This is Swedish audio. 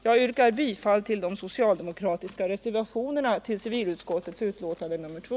Jag yrkar bifall till de socialdemokratiska reservationerna vid civilutskottets betänkande nr 2.